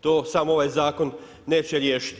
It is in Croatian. To sam ovaj zakon neće riješiti.